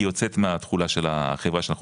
היא יוצאת מהתחולה של החברה שאנחנו